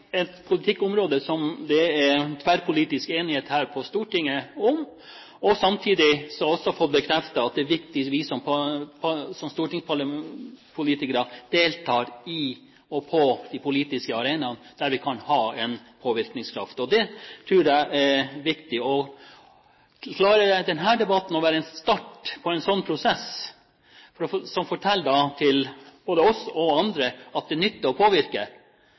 et politikkområde som det er tverrpolitisk enighet om her i Stortinget. Samtidig har jeg fått bekreftet at det er viktig at vi som stortingspolitikere deltar på de politiske arenaene der vi kan ha en påvirkningskraft. Det tror jeg er viktig. Og klarer denne debatten å være en start på en slik prosess som forteller både oss og andre at det nytter å påvirke, at det nytter å gjøre en jobb, og